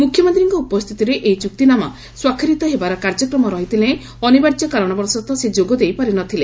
ମୁଖ୍ୟମନ୍ତୀଙ୍କ ଉପସ୍ତିତିରେ ଏହି ଚୁକ୍ତିନାମା ସ୍ୱାକ୍ଷରିତ ହେବାର କାର୍ଯ୍ୟକ୍ରମ ରହିଥିଲେ ହେଁ ଅନିବାର୍ଯ୍ୟ କାରଣବଶତଃ ସେ ଯୋଗ ଦେଇପାରି ନ ଥିଲେ